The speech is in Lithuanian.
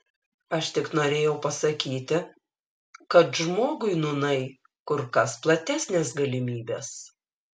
aš tik norėjau pasakyti kad žmogui nūnai kur kas platesnės galimybės